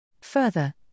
Further